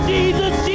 Jesus